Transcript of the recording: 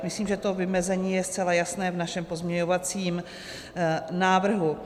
Myslím, že to vymezení je zcela jasné v našem pozměňovacím návrhu.